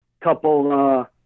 couple